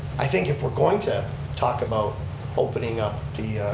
i think if we're going to talk about opening up the